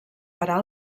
parar